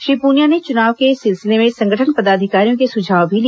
श्री पुनिया ने चुनाव के सिलसिले में संगठन पदाधिकारियों के सुझाव भी लिए